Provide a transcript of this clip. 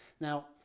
Now